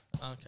Okay